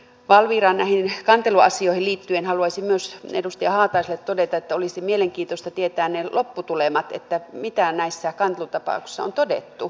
valviran näihin kanteluasioihin liittyen haluaisin myös edustaja haataiselle todeta että olisi mielenkiintoista tietää ne lopputulemat että mitä näissä kantelutapauksissa on todettu